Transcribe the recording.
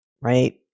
right